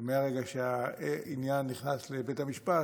ומרגע שהעניין נכנס לבית המשפט,